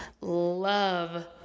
love